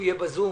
מהמתווה.